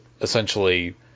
essentially